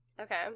Okay